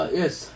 yes